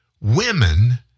women